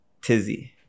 Tizzy